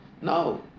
No